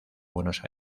buenos